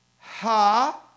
Ha